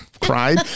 Cried